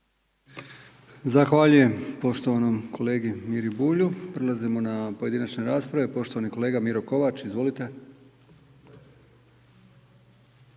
Zahvaljujem poštovanom kolegi Miri Bulju. Prelazimo na pojedinačne rasprave. Poštovani kolega Miro Kovač. Izvolite.